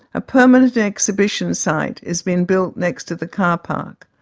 a permanent exhibition site is being built next to the car park.